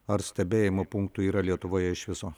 ar stebėjimo punktų yra lietuvoje iš viso